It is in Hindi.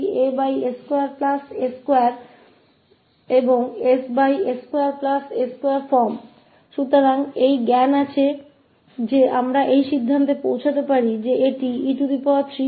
तो उस ज्ञान के होने पर हम अब कह सकते हैं हम यह निष्कर्ष निकाल सकते हैं कि यह e3t2 का लाप्लास रूपांतर है